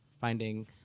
finding